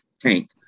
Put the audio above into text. tank